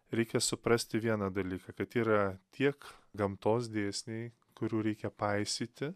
reikia suprasti vieną dalyką kad yra tiek gamtos dėsniai kurių reikia paisyti